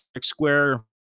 Square